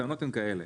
הטענות הן כאלה,